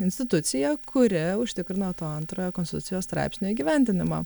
institucija kuri užtikrino to antrojo konstitucijos straipsnio įgyvendinimą